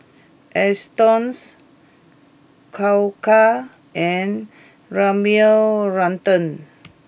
Astons Koka and Rimmel London